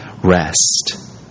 rest